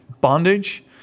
bondage